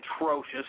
atrocious